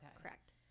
Correct